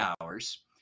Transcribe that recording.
hours